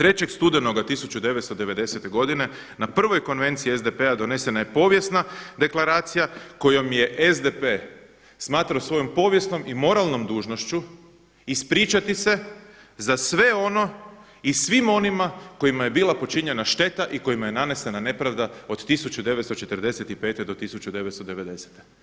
3. studenoga 1990. godine na prvoj konvenciji SDP-a donesena je povijesna deklaracija kojom je SDP smatrao svojom povijesnom i moralnom dužnošću, ispričati se za sve ono i svim onima kojima je bila počinjena šteta i kojima je nanesena nepravda od 1945. do 1990.